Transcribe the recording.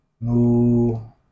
No